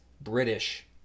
British